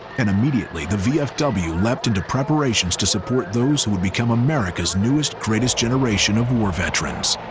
and immediately the vfw leapt into preparations to support those who would become america's newest greatest generation of war veterans,